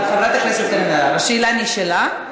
חברת הכנסת קארין אלהרר, השאלה נשאלה.